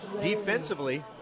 Defensively